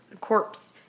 corpse